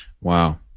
Wow